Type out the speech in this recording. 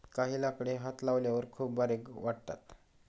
काही लाकडे हात लावल्यावर खूप बारीक वाटतात